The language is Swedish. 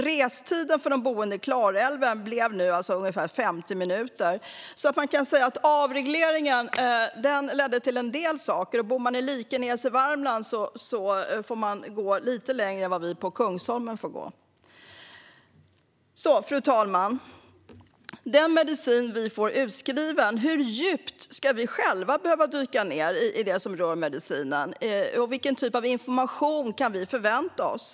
Restiden för de boende i Klarälven blev ungefär 50 minuter, så man kan säga att avregleringen ledde till en del saker - och bor man i Likenäs i Värmland får man gå lite längre än vi på Kungsholmen får gå. Fru talman! Den medicin vi får utskriven, hur djupt ska vi själva behöva dyka ned i det som rör den? Vilken typ av information kan vi förvänta oss?